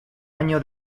año